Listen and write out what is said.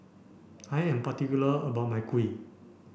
I am particular about my Kuih